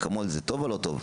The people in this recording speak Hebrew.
אקמול זה טוב או לא טוב?